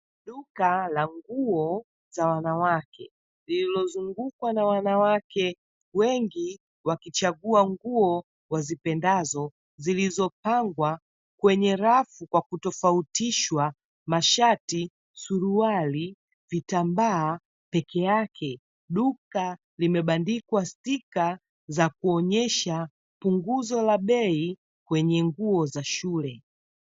Duka la nguo za wanawake lililozungukwa na wanawake wengi wakichagua nguo wazipendazo, zilizopangwa kwenye rafu kwa kutofautishwa mashati, suruali, vitambaa peke yake. Duka limebandikwa stika za kuonyesha punguzo la bei kwenye nguo za shule.